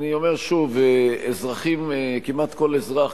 אני אומר שוב: כמעט כל אזרח,